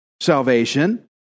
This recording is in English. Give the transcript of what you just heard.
salvation